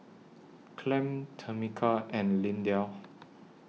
Clem Tamica and Lindell